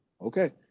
okay